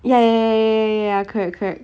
ya ya correct correct